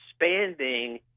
expanding